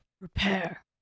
Repair